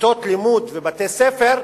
כיתות לימוד ובתי-ספר,